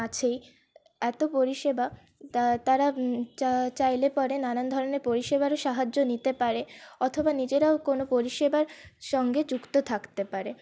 আছেই এতো পরিষেবা তা তারা চা চাইলে পরে নানান ধরণের পরিষেবারও সাহায্য নিতে পারে অথবা নিজেরাও কোনো পরিষেবার সঙ্গে যুক্ত থাকতে পারে